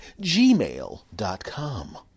gmail.com